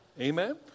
Amen